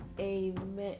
Amen